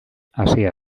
hasia